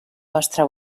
vostre